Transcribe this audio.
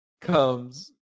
comes